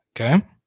Okay